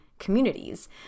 Communities